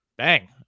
Bang